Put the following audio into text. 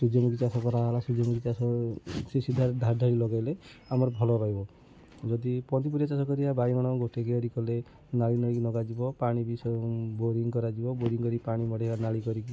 ସୂର୍ଯ୍ୟମୁଖୀ ଚାଷ କରାଗଲା ଧାଡ଼ି ଧାଡ଼ି ଲଗେଇଲେ ଆମର ଭଲ ରହିବ ଯଦି ପନିପରିବା ଚାଷ କରିବା ବାଇଗଣ ଗୋଟେ କିରି କଲେ ନାଳି ନାଳି ଲଗାଯିବ ପାଣି ବି ବୋରିଙ୍ଗ୍ କରାଯିବ ବୋରିଙ୍ଗ୍ କରିକି ପାଣି ମଡ଼େଇବା ନାଳି କରିକି